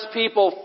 people